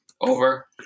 over